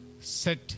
set